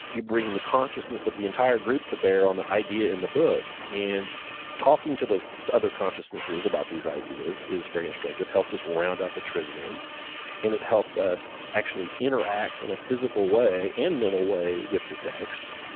you bring the consciousness of the entire group to bear on the idea in the book, and talking to those other consciousnesses about these ideas is very. it helps us round out the trivium and it helps us actually interact in a physical way and mental way with the text.